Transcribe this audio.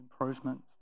improvements